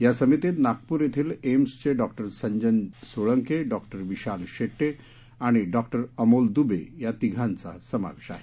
या समितीत नागपूर येथील एम्स चे डॉ संजन सोळंके डॉ विशाल शेटे व डॉ अमोल दुबे या तिघांचा समावेश आहे